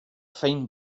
fine